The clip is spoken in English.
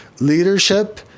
leadership